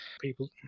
people